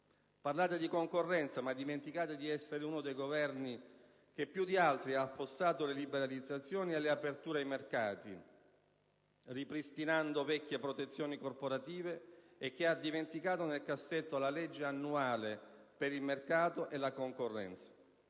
Parlate di concorrenza, ma dimenticate di essere uno dei Governi che più di altri ha affossato le liberalizzazioni e le aperture ai mercati, ripristinando vecchie protezioni corporative, e che ha dimenticato nel cassetto la legge annuale per il mercato e la concorrenza.